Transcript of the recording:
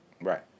Right